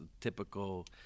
typical